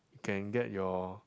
can get your